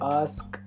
ask